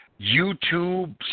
YouTube